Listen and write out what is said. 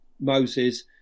Moses